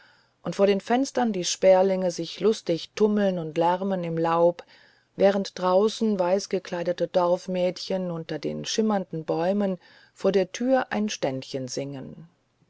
und vor den fenstern die sperlinge sich lustig tummeln und lärmen im laub während draußen weißgekleidete dorfmädchen unter den schimmernden bäumen vor der tür ein ständchen singen